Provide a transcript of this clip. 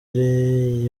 day